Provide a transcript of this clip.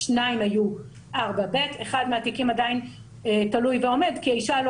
שניים היו 4ב. אחד מהתיקים עדיין תלוי ועומד כי האישה לא